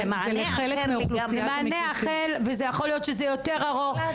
זה מענה אחר ויכול להיות שזה יותר ארוך.